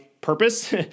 purpose